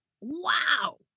wow